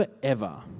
forever